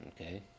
Okay